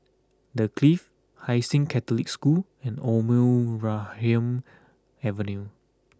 The Clift Hai Sing Catholic School and Omar Khayyam Avenue